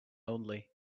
only